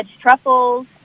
truffles